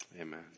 Amen